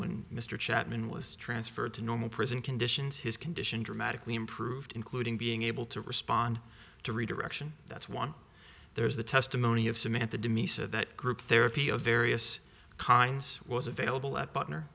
when mr chapman was transferred to normal prison conditions his condition dramatically improved including being able to respond to redirection that's one there's the testimony of samantha dimmy said that group therapy of various kinds was available at but